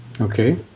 Okay